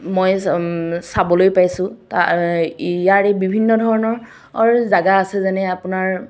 মই চাবলৈ পাইছোঁ ইয়াৰ এই বিভিন্ন ধৰণৰৰ জাগা আছে যেনে আপোনাৰ